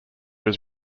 was